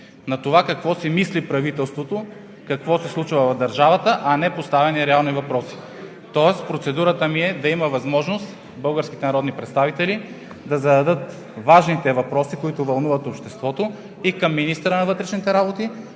на това какво си мисли правителството какво се случва в държавата, а не поставени реални въпроси. Тоест процедурата ми е да има възможност българските народни представители да зададат важните въпроси, които вълнуват обществото, и към министъра на вътрешните работи,